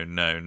no